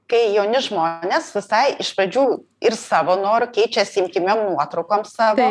kai jauni žmonės visai iš pradžių ir savo noru keičiasi intymiom nuotraukom savo